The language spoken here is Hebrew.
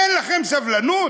אין לכם סבלנות?